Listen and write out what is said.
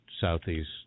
Southeast